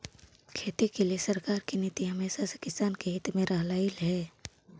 खेती के लिए सरकार की नीति हमेशा से किसान के हित में रहलई हे